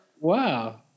Wow